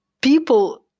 people